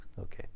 okay